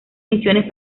misiones